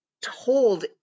told